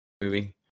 movie